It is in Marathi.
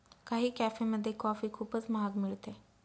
काही कॅफेमध्ये कॉफी खूपच महाग मिळते